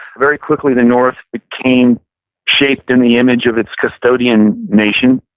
very quickly the north became shaped in the image of its custodian nation,